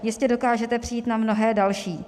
Jistě dokážete přijít na mnohé další.